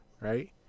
right